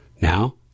Now